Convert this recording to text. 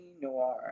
Noir